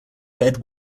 red